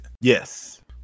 Yes